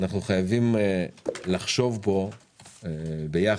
אנו חייבים לחשוב פה ביחד,